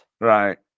Right